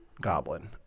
Goblin